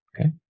okay